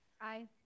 Aye